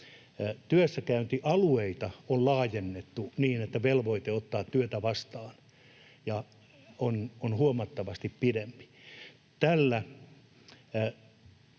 työssäkäyntialueita on laajennettu niin, että velvoite ottaa työtä vastaan on huomattavasti pidempi.